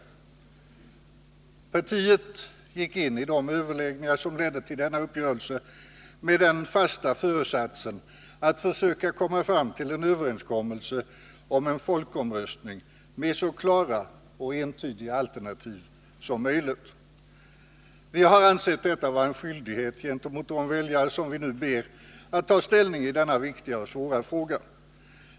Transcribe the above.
Moderata samlingspartiet gick in i de överläggningar som ledde till denna uppgörelse med den fasta föresatsen att söka komma fram till en överenskommelse om en folkomröstning med så klara och entydiga alternativ som möjligt. Vi har ansett detta vara en skyldighet gentemot de väljare vi nu ber att ta ställning i denna viktiga och svåra fråga.